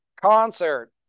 concert